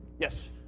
Yes